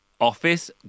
Office